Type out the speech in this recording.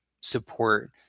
support